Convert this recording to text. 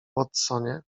watsonie